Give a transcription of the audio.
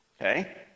okay